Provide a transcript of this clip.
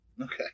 Okay